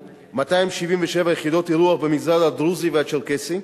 277 יחידות אירוח במגזר הדרוזי והצ'רקסי.